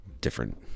different